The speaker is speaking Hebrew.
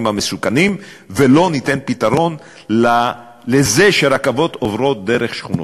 המסוכנים ולא ניתן פתרון לזה שרכבות עוברות דרך שכונות.